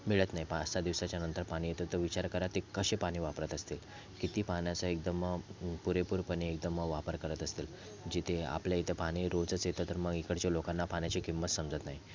मिळत नाही पाचसहा दिवसाच्यानंतर पाणी येतं तर विचार करा ते कसे पाणी वापरत असतील किती पाण्याचा एकदम पुरेपूरपणे एकदम वापर करत असतील जिथे आपल्या इथं पाणी रोजच येतं तर मग इकडचे लोकांना पाण्याची किंमत समजत नाही